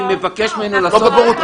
לא בורות,